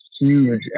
huge